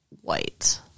white